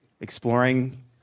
exploring